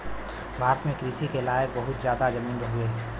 भारत में कृषि के लायक बहुत जादा जमीन हउवे